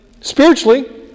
spiritually